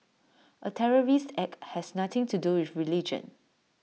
A terrorist act has nothing to do with religion